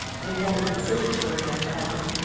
they haven't been searched for yet, have they?